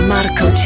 Marco